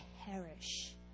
perish